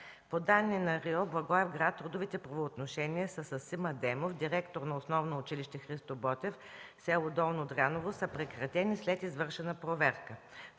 По данни на РИО – Благоевград, трудовите правоотношения с Асим Адемов – директор на Основно училище „Христо Ботев”, село Долно Дряново, са прекратени след извършена проверка.